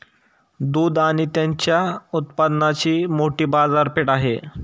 दूध आणि त्याच्या उत्पादनांची मोठी बाजारपेठ आहे